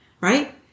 Right